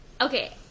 Okay